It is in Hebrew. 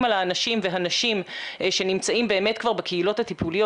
על האנשים והנשים שנמצאים באמת כבר בקהילות הטיפוליות